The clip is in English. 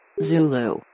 Zulu